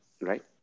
right